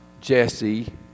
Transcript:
Jesse